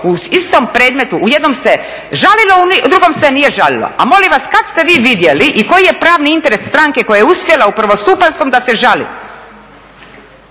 u istom predmetu, u jednom se žalilo, u drugom se nije žalilo, a molim vas, kad ste vi vidjeli i koji je pravni interes stranke koja je uspjela u prvostupanjskom da se žali?